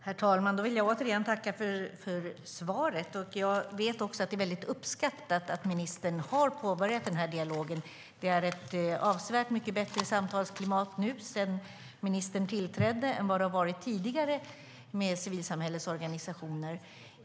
Herr talman! Då vill jag återigen tacka för svaret. Jag vet att det är väldigt uppskattat att ministern har påbörjat den här dialogen. Det är ett avsevärt bättre samtalsklimat nu, sedan ministern tillträdde, än vad det har varit tidigare när det gäller civilsamhällets organisationer.